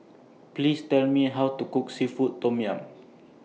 Please Tell Me How to Cook Seafood Tom Yum